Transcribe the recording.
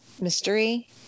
mystery